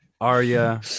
Arya